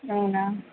అవునా